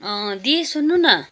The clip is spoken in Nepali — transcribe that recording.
दी सुन्नु न